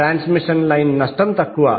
transmission line నష్టం తక్కువ